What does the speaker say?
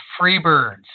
Freebirds